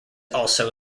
also